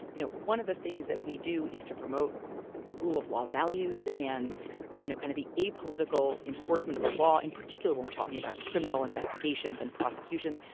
you know one of the things that we do is to promote rule of law values and you know kind of the apolitical enforcement of the law in particular when we're talking about criminal investigations and prosecutions,